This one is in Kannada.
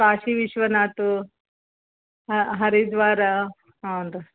ಕಾಶಿ ವಿಶ್ವನಾಥ ಹರಿದ್ವಾರ ಹಾಂ ರೀ